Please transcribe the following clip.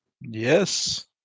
Yes